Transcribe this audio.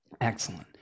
Excellent